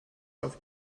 auf